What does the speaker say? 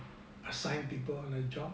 assign people on a job